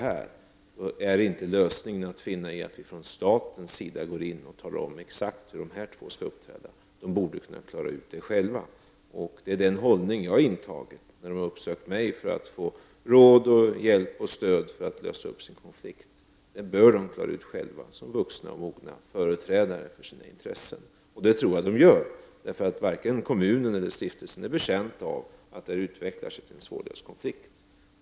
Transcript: Då är inte lösningen att finna i att staten går in och talar om hur de två parterna skall uppträda, utan de borde kunna klara det själva. Det är den hållningen som jag har intagit när de har uppsökt mig för att få råd, hjälp och stöd för att lösa upp sin konflikt. Som vuxna och mogna företrädare för sina intressen bör de klara det själva, vilket jag också tror att de gör. Varken kommunen eller stiftelsen är betjänt av att det här utvecklar sig till en svårlöst konflikt.